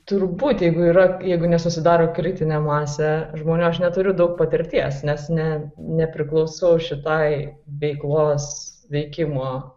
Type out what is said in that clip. turbūt jeigu yra jeigu nesusidaro kritinė masė žmonių aš neturiu daug patirties nes ne nepriklauso šitai veiklos veikimo